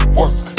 work